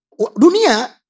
Dunia